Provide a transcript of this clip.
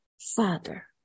father